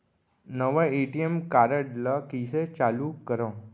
नवा ATM card ल कइसे चालू करव?